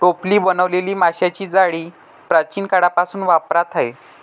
टोपली बनवलेली माशांची जाळी प्राचीन काळापासून वापरात आहे